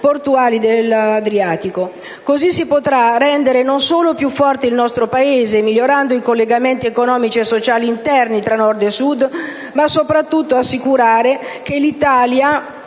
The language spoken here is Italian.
portuali dell'Adriatico. Così, non solo si potrà rendere più forte il nostro Paese, migliorando i collegamenti economici e sociali interni tra Nord e Sud, ma soprattutto assicurare che l'Italia